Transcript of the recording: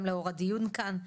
גם לאור הדיון כאן.